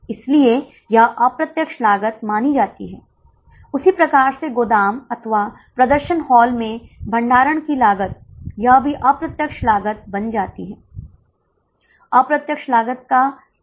इसलिए स्कूल ने अब छात्रों से कोई लाभ लेने के बिना लागत पर शुल्क लेने का फैसला किया है वे सिर्फ लागत पर शुल्क लेंगे